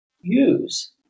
use